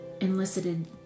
enlisted